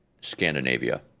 Scandinavia